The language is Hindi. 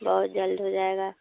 बहुत जल्द हो जाएगा